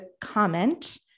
comment